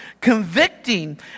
convicting